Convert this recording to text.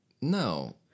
No